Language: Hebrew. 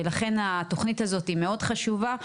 ולכן התוכנית הזאת היא מאוד חשובה,